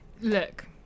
Look